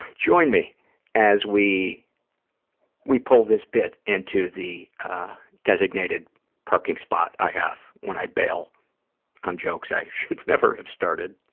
join me as we we pull this bit into the designated parking spot i have when i bail on jokes i should never have started.